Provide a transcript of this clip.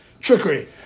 trickery